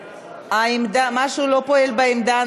משהו לא פועל בעמדה.